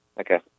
Okay